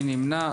מי נמנע?